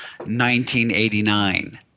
1989